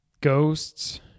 Ghosts